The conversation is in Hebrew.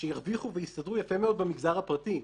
שירוויחו ויסתדרו יפה מאוד במגזר הפרטי.